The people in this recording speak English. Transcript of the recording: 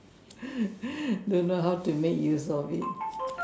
don't know how to make use of it